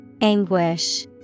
Anguish